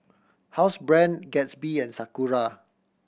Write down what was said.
Housebrand Gatsby and Sakura